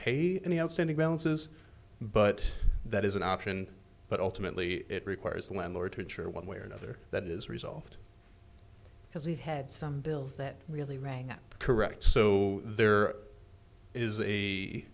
pay any outstanding balances but that is an option but ultimately it requires the landlord to ensure one way or another that is resolved because he had some bills that really rang correct so there is a